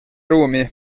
ruumi